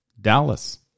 Dallas